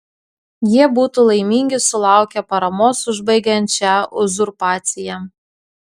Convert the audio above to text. jie būtų laimingi sulaukę paramos užbaigiant šią uzurpaciją